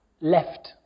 left